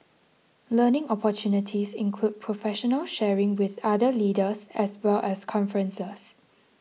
learning opportunities include professional sharing with other leaders as well as conferences